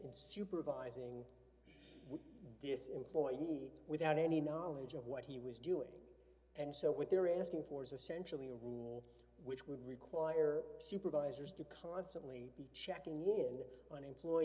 in supervising this employee without any knowledge of what he was doing and so what they're asking for is essentially a rule which would require supervisors to constantly be checking in on employe